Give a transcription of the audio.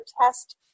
test